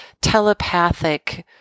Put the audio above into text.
telepathic